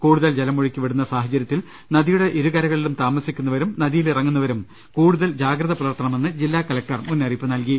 കൂടുതൽ ജലമൊഴുക്കി വിടുന്ന സാഹചര്യത്തിൽ നദിയുടെ ഇരുകരകളിലും താമസിക്കുന്നവരും നദിയിലിറങ്ങുന്നവരും കൂടുതൽ ജാഗ്രത പുലർത്തണമെന്ന് ജില്ലാ കലക്ടർ മുന്നറിയിപ്പ് നൽകി